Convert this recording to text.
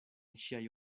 ŝiaj